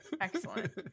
excellent